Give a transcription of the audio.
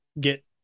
get